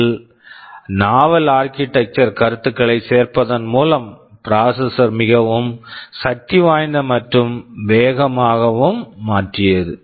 இதில் novel novel architecture architectural கருத்துக்களைச் சேர்ப்பதன் மூலம் ப்ராசசர்ஸ் processor மிகவும் சக்திவாய்ந்த மற்றும் வேகமாகவும் மாற்றியது